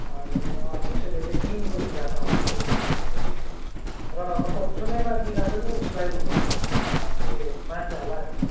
अनि कसैले चाहिँ दिनको हिसाबमा पनि फेरि लिने गर्छ र मतलब जुनैमा दिँदा पनि उसलाई उ मान्छ होला नि